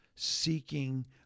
seeking